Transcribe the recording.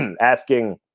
asking